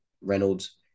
Reynolds